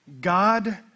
God